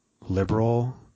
liberal